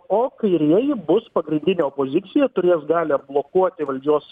o kairieji bus pagrindinė opozicija turės galią blokuoti valdžios